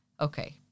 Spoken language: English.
Okay